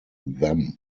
them